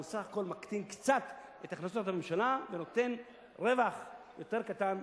הוא סך הכול מקטין קצת את הכנסות הממשלה ונותן רווח יותר קטן,